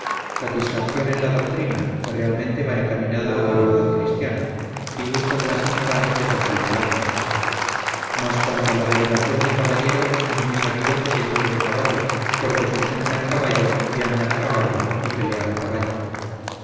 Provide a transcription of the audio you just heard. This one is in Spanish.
satisfacción en la doctrina que realmente va encaminada a la verdad cristiana y gusto de las ignorancias de aquel pedante mas cuanto a la derivación de caballero es muy sabido que se dice de caballo porque sustentan caballo y andan a caballo y pelean a caballo